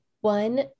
One